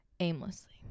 aimlessly